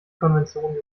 konventionen